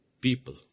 people